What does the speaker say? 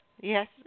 yes